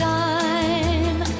time